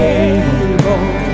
able